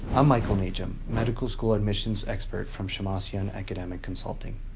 i'm michael najem, medical school admissions expert from shemmassian academic consulting.